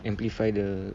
amplify the